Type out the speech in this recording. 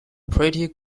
pretty